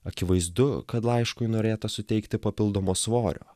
akivaizdu kad laiškui norėta suteikti papildomo svorio